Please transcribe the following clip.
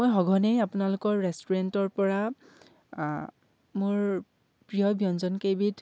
মই সঘনেই আপোনালোকৰ ৰেষ্টুৰেণ্টৰ পৰা মোৰ প্ৰিয় ব্যঞ্জনকেইবিধ